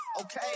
Okay